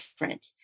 different